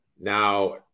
Now